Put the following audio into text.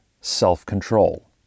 self-control